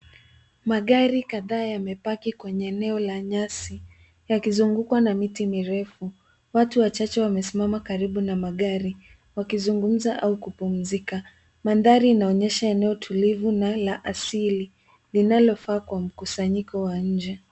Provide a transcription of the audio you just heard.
Magari kadhaa yamepaki kwenye eneo la nyasi yakizungukwa na miti mirefu. Watu wachache wamesimama karibu na magari wakizungumza au kupumzika. Mandhari inaonyesha eneo tulivu na la asili linalofaa kwa mkusanyiko wa nje.